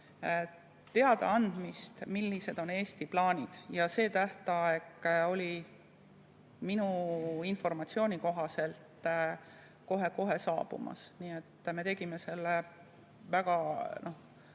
teadaandmist, millised on Eesti plaanid. See tähtaeg oli minu informatsiooni kohaselt kohe-kohe saabumas, nii et me tegime selle vahetult